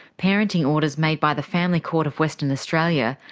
parenting orders made by the family court of western australia,